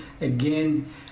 again